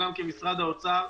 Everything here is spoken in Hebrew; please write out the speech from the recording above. משרד האוצר,